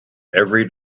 every